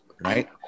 right